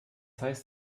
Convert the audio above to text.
heißt